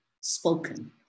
spoken